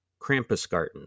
Krampusgarten